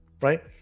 Right